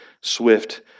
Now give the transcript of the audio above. swift